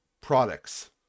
products